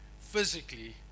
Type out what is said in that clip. physically